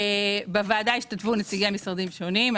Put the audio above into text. בוועדה השתתפו נציגי משרדים שונים.